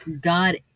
God